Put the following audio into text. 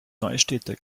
neustädter